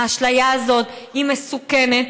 האשליה הזאת היא מסוכנת,